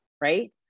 Right